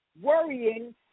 worrying